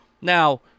Now